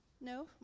No